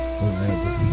forever